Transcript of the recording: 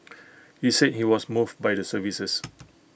he said he was moved by the services